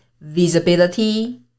visibility